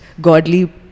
godly